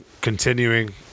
continuing